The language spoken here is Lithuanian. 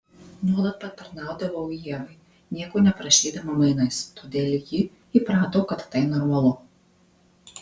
nuolat patarnaudavau ievai nieko neprašydama mainais todėl ji įprato kad tai normalu